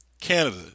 canada